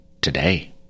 Today